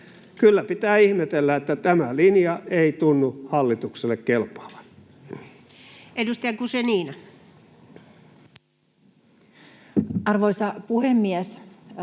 Kyllä pitää ihmetellä, että tämä linja ei tunnu hallitukselle kelpaavan. Edustaja Guzenina. Arvoisa puhemies!